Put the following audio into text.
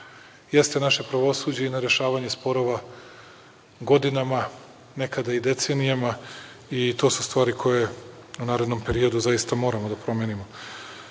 jeste naše pravosuđe i na rešavanju sporova godinama, nekada i decenijama i to su stvari koje u narednom periodu moramo da promenimo. Do